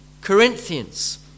Corinthians